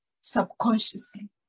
subconsciously